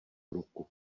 ruku